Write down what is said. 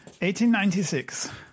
1896